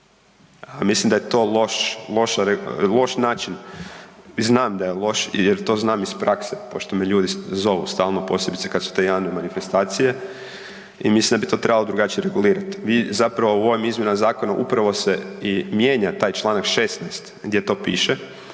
mislim da je to loš, loša, loš način i znam da je loš jer to znam iz prakse pošto me ljudi zovu stalno, posebno kad su te javne manifestacije i mislim da bi to trebalo drugačije regulirat. Vi zapravo u ovim izmjenama zakona upravo se i mijenja taj čl. 16. gdje to piše,